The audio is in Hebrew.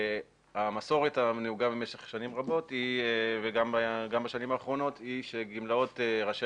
המסורת הנהוגה במשך שנים רבות וגם בשנים האחרונות היא שגמלאות ראשי